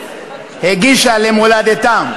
הגישה למולדתה.